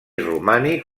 romànic